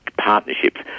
Partnerships